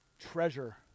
treasure